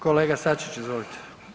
Kolega Sačić, izvolite.